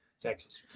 Texas